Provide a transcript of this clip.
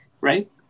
right